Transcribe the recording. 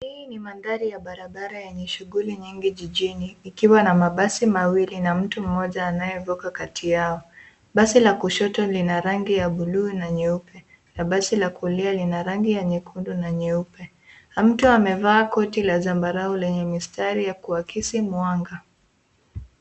Hii ni mandhari ya barabara yenye shughuli nyingi jijini ikiwa na mabasi mawili na mtu mmoja anayevuka kati yao. Basi la kushoto lina rangi ya buluu na nyeupe na basi la kulia lina rangi ya nyekundu na nyeupe na mtu amevaa koti la zambarau lenye mistari ya kuakisi mwanga.